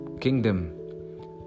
kingdom